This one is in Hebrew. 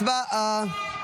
הצבעה.